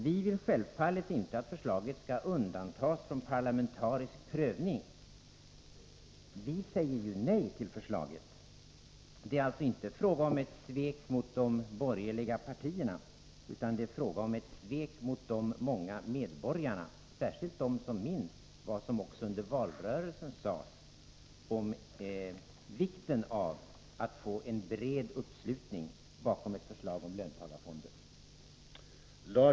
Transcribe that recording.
Vi vill självfallet inte att förslaget skall undantas från parlamentarisk prövning. Vi säger ju nej till förslaget. Det är alltså inte fråga om ett svek mot de borgerliga partierna, utan det är fråga om ett svek mot de många medborgarna, särskilt mot dem som minns vad som också under valrörelsen sades om vikten av att få en bred uppslutning bakom ett förslag om löntagarfonder.